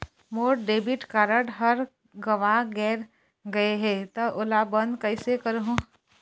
मोर debit card हर गंवा गैर गए हे त ओला बंद कइसे करहूं?